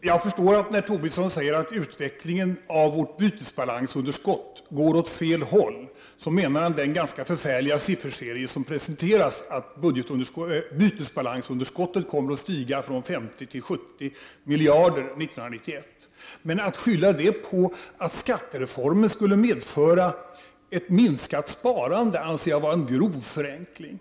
Herr talman! När Lars Tobisson säger att utvecklingen av bytesbalansunderskottet går åt fel håll, förstår jag att han menar den ganska förfärliga sifferserie som presenteras, enligt vilken bytesbalansunderskottet kommer att stiga från 50 till 70 miljarder 1991. Men att skylla det på att skattereformen skulle medföra ett minskat sparande anser jag vara en grov förenkling.